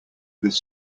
this